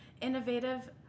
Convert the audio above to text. innovative